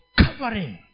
covering